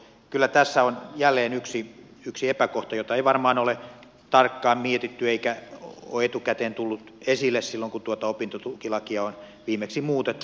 kyllä tässä on jälleen yksi epäkohta jota ei varmaan ole tarkkaan mietitty ja joka ei ole etukäteen tullut esille silloin kun tuota opintotukilakia on viimeksi muutettu